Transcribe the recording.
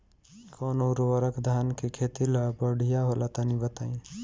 कौन उर्वरक धान के खेती ला बढ़िया होला तनी बताई?